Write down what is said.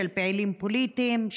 של פעילים פוליטיים,